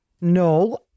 No